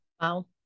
wow